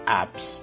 apps